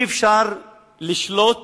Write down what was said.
אי-אפשר לשלוט